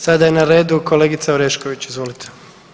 Sada je na redu kolegica Orešković, izvolite.